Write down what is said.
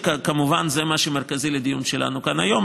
זה כמובן מה שמרכזי לדיון שלנו כאן היום,